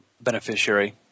beneficiary